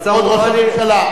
כבוד ראש הממשלה,